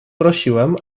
prosiłem